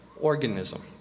Organism